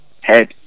head